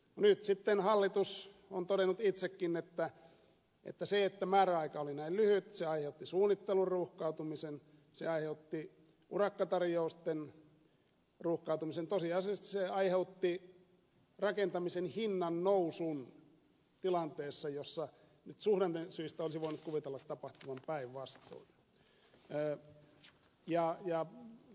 nyt sitten hallitus on todennut itsekin että se että määräaika oli näin lyhyt aiheutti suunnittelun ruuhkautumisen se aiheutti urakkatarjousten ruuhkautumisen tosiasiallisesti se aiheutti rakentamisen hinnannousun tilanteessa jossa nyt suhdannesyistä olisi voinut kuvitella tapahtuvan päinvastoin